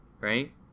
Right